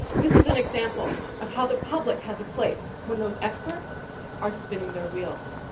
this is an example of how the public has a place when those experts are spinning their wheels.